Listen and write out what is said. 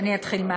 אתחיל מהתחלה.